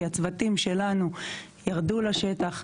כי הצוותים שלנו ירדו לשטח.